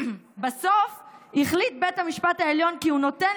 בסוף החליט בית המשפט העליון כי הוא נותן